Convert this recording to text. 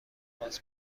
خاص